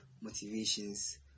motivations